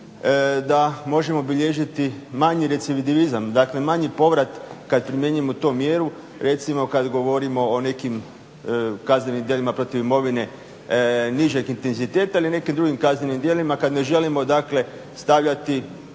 da možemo obilježiti manji recidivizam dakle manji povrat kada primjenjujemo tu mjeru recimo kada govorimo o nekim kaznenim djelima protiv imovine nižeg intenziteta ili nekim drugim kaznenim djelima kada ne želimo dakle stavljati